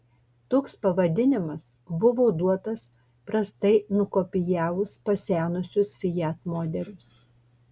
toks pavadinimas buvo duotas prastai nukopijavus pasenusius fiat modelius